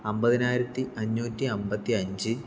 അമ്പതിനായിരത്തി അഞ്ഞൂറ്റി അമ്പത്തി അഞ്ച്